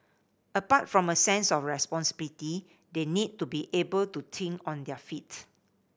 apart from a sense of responsibility they need to be able to think on their feet